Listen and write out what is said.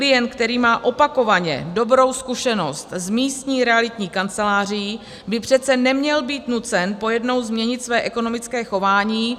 Klient, který má opakovaně dobrou zkušenost s místní realitní kanceláří, by přece neměl být nucen pojednou změnit své ekonomické chování.